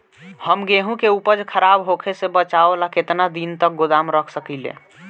हम गेहूं के उपज खराब होखे से बचाव ला केतना दिन तक गोदाम रख सकी ला?